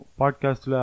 podcast